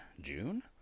June